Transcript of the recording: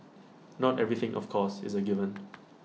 not everything of course is A given